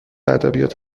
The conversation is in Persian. ادبیات